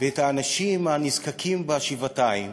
ואת האנשים הנזקקים בה שבעתיים,